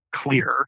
clear